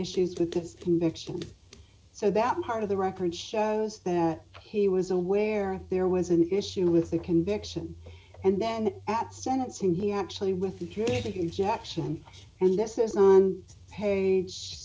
issues with his conviction so that part of the record shows that he was aware there was an issue with the conviction and then at sentencing he actually with your thinking jackson and this is page